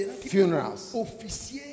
funerals